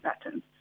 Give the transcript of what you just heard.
patterns